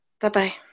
Bye-bye